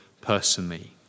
personally